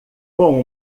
com